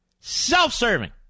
self-serving